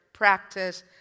practice